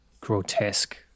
grotesque